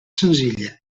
senzilla